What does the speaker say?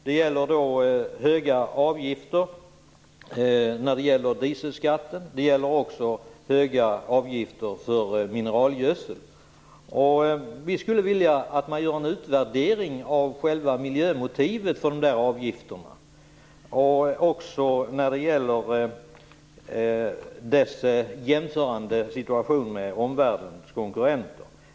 Det gäller höga avgifter i fråga om dieselskatten. Det gäller också höga avgifter för mineralgödsel. Vi skulle vilja att man gör en utvärdering av själva miljömotivet för de avgifterna och dess situation jämfört med omvärldens konkurrenter.